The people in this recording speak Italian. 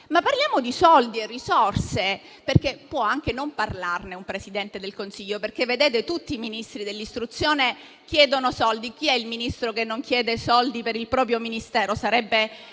Parliamo però di soldi e risorse, perché può anche non parlarne un Presidente del Consiglio. Vedete, tutti i Ministri dell'istruzione chiedono soldi. Chi è il Ministro che non chiede soldi per il proprio Ministero? Sarebbe